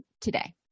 today